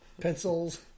Pencils